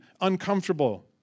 uncomfortable